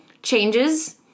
changes